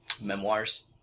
memoirs